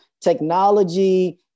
technology